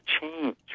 change